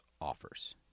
offers